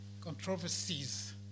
controversies